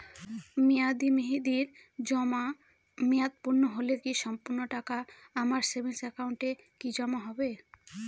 মেয়াদী মেহেদির জমা মেয়াদ পূর্ণ হলে কি সম্পূর্ণ টাকা আমার সেভিংস একাউন্টে কি জমা হবে?